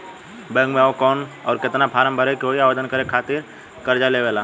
Bank मे आ के कौन और केतना फारम भरे के होयी आवेदन करे के खातिर कर्जा लेवे ला?